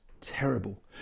terrible